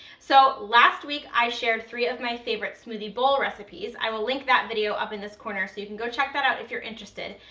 so, last week i shared three of my favorite smoothie bowl recipes, i will link that video up in this corner, so you can go check that out if you're interested,